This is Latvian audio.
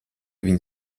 viņi